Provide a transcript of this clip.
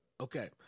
Okay